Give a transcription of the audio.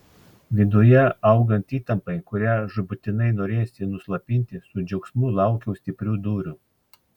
viduje augant įtampai kurią žūtbūtinai norėjosi nuslopinti su džiaugsmu laukiau stiprių dūrių